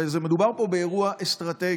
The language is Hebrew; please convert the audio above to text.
מדובר פה באירוע אסטרטגי.